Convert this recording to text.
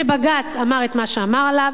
שבג"ץ אמר את מה שאמר עליו,